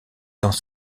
dans